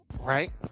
right